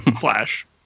Flash